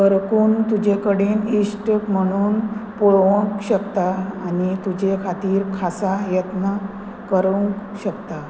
कारकून तुजे कडेन इश्ट म्हणून पळोवंक शकता आनी तुजे खातीर खासा यत्न करूंक शकता